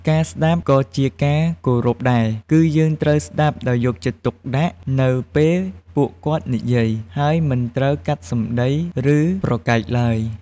ការស្ដាប់ក៏ជាការគោរពដែរ គឺយើងត្រូវស្ដាប់ដោយយកចិត្តទុកដាក់នៅពេលពួកគាត់និយាយ ហើយមិនត្រូវកាត់សម្ដី ឬប្រកែកឡើយ។